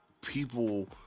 people